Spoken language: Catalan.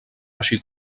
així